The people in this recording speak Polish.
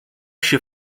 się